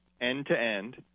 end-to-end